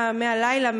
מהלילה,